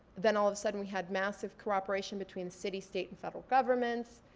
then all of a sudden we had massive cooperation between city, state and federal governments.